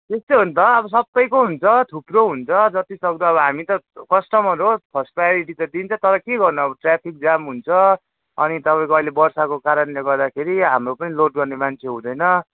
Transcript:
त्यस्तै हो नि त अब सबैको हुन्छ थुप्रो हुन्छ जतिसक्दो अब हामी त कस्टमर हो फर्स्ट प्राओरिटी त दिन्छ तर के गर्नु अब ट्राफिक जाम हुन्छ अनि तपाईँको अहिले वर्षाको कारणले गर्दाखेरि हाम्रो पनि लोड गर्ने मान्छे हुँदैन